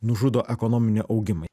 nužudo ekonominį augimą